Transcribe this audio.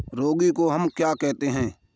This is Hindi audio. रागी को हम क्या कहते हैं?